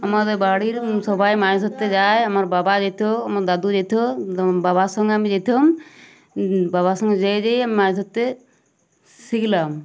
আমাদের বাড়ির সবাই মাছ ধরতে যায় আমার বাবা যেতে হোক আমার দাদু যেতে হোক বাবার সঙ্গে আমি যেতাম বাবার সঙ্গে যেয়ে যেয়ে আমি মাছ ধরতে শিখলাম